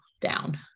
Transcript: down